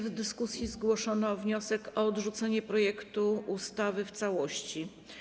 W dyskusji zgłoszono wniosek o odrzucenie projektu ustawy w całości.